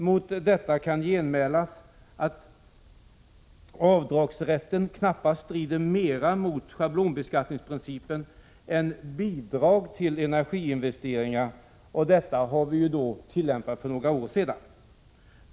Mot detta kan genmälas att avdragsrätt knappast strider mer mot schablonbeskattningsprincipen än bidrag till energiinvesteringar, som ju har tillämpats för några år sedan.